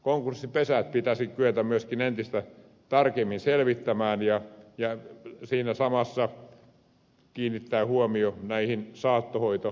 konkurssipesät pitäisi kyetä myöskin entistä tarkemmin selvittämään ja siinä samassa kiinnittää huomio näihin saattohoitoyrityksiin